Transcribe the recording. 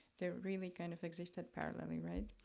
they really kind of existed parallelly, right?